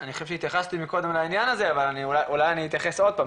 אני חושב שהתייחסתי קודם לעניין הזה אבל אולי אני אתייחס עוד פעם.